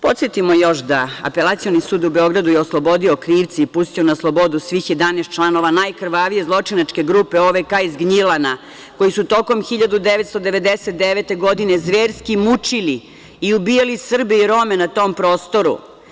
Podsetimo još da je Apelacioni sud u Beogradu oslobodio krivce i pustio na slobodu svih 11 članova najkrvavije zločinačke grupe OVK iz Gnjilana, koji su tokom 1999. godine zverski mučili i ubijali Srbe i Rome na tom prostoru.